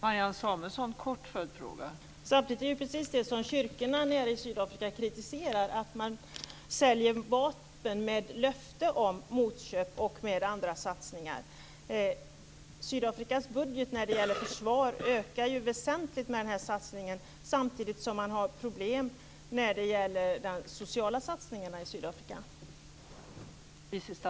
Fru talman! Det är ju precis det som kyrkorna i Sydafrika kritiserar, att man säljer vapen mot löfte om motköp och andra satsningar. Sydafrikas budget när det gäller försvaret ökar ju väsentligt i och med denna satsning, samtidigt som man har problem med de sociala satsningarna i Sydafrika.